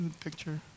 picture